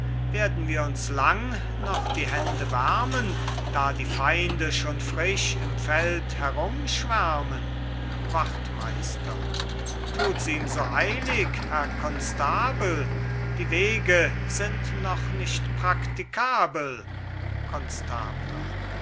werden wir uns lang noch die hände wärmen da die feinde schon frisch im feld herum schwärmen wachtmeister tuts ihm so eilig herr konstabel die wege sind noch nicht praktikabel